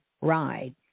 ride